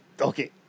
Okay